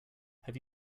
have